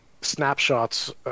snapshots